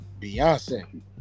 Beyonce